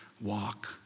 walk